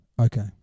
Okay